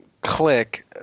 click